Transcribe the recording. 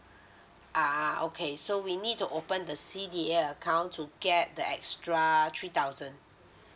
ah okay so we need to open the C_D_A account to get the extra three thousand